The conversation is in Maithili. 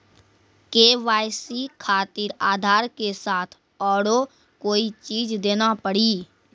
के.वाई.सी खातिर आधार के साथ औरों कोई चीज देना पड़ी?